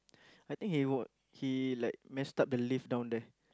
I think he wa~ he like messed up the lift down there